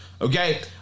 Okay